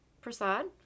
Prasad